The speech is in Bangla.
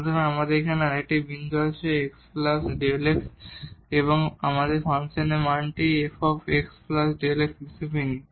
সুতরাং আমাদের এখানে আরেকটি বিন্দু আছে x Δx এবং আমরা ফাংশনের মানটি f x Δx হিসাবে নিই